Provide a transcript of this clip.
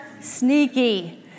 sneaky